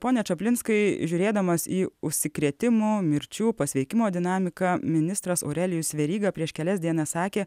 pone čaplinskai žiūrėdamas į užsikrėtimo mirčių pasveikimo dinamiką ministras aurelijus veryga prieš kelias dienas sakė